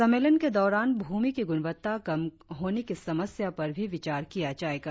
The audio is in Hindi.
सम्मेलन के दौरान भूमि की गुणवत्ता कम होने की समस्या पर भी विचार किया जाएगा